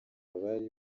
bari